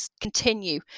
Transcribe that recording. continue